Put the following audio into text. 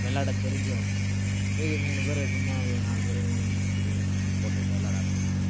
விளையாடத் தெரிஞ்சவங்க மீதி மூணு பேர் சும்மா நாலு பேர் அப்படியே சும்மா போட்டுகிட்டு விளையாட ஆரம்பித்தோம்